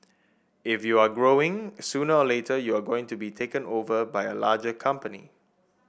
if you're growing sooner or later you are going to be taken over by a larger company